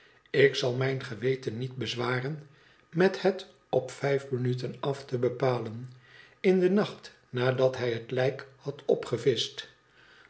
ik zal mijn geweten niet bezwaren met het op vijf minuten af te bepalen in den nacht nadat hij het lijk had